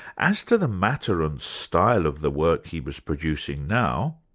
as to the matter and style of the work he was producing now,